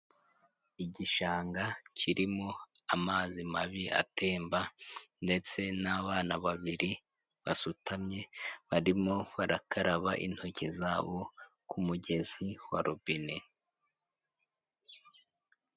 Igishanga kirimo amazi mabi atemba ndetse n'abana babiri basutamye barimo barakaraba intoki zabo ku mugezi wa robine.